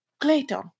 Clayton